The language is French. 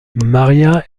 maria